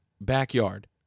backyard